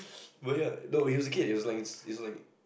but ya no he was a kid he was like he's like